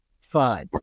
fun